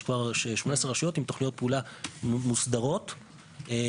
יש כבר 18 רשויות עם תוכניות פעולה מוסדרות וטובות.